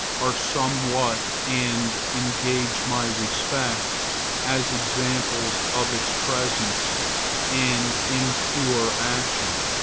are somewhat, and engage my respect as examples of its presence and impure action.